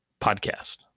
podcast